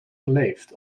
geleefd